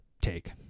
take